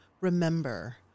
remember